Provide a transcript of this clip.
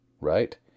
right